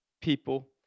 People